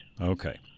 Okay